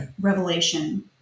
revelation